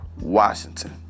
Washington